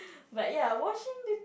but ya washing the